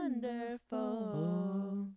wonderful